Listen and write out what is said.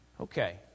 okay